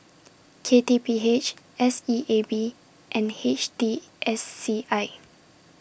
K T P H S E A B and H T S C I